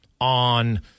on